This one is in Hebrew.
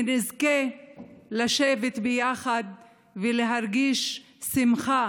ונזכה לשבת ביחד ולהרגיש שמחה